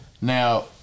now